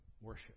worship